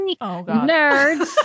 Nerds